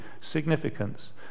significance